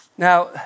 Now